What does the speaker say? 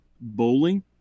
bowling